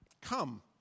Come